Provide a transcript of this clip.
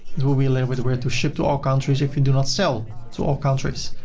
it will be a little bit weird to ship to all countries if you do not sell to all countries.